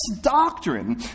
doctrine